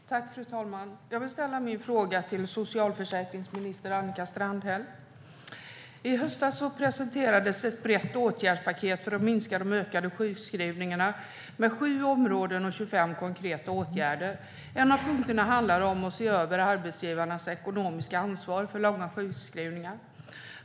Fru talman! Jag vill ställa min fråga till socialförsäkringsminister Annika Strandhäll. I höstas presenterades ett brett åtgärdspaket för att minska de ökade sjukskrivningarna med sju områden och 25 konkreta åtgärder. En av punkterna handlar om att se över arbetsgivarnas ekonomiska ansvar för långa sjukskrivningar.